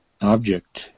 object